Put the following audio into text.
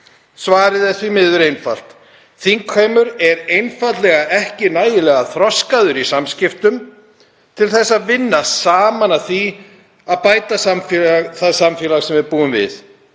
Svarið er því miður einfalt: Þingheimur er einfaldlega ekki nægilega þroskaður í samskiptum til þess að vinna saman að því að bæta það samfélag sem við búum í.